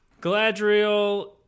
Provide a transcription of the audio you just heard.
Gladriel